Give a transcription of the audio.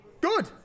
Good